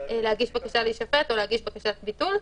להגיש בקשה להישפט או להגיש בקשת ביטול.